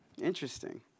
Interesting